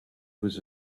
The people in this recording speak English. was